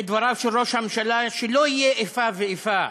מדבריו של ראש הממשלה שלא תהיה איפה ואיפה